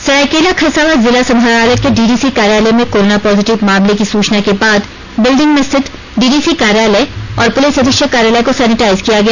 सरायकेला खरसावां जिला समाहरणालय के डीडीसी कार्यालय में कोरोना पॉजिटिव मामले की सूचना के बाद बिल्डिंग में स्थित डीडीसी कार्यालय और पुलिस अधीक्षक कार्यालय को सैनिटाइज किया गया